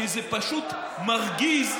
כי זה פשוט מרגיז,